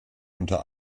unter